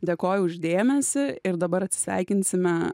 dėkoju už dėmesį ir dabar atsisveikinsime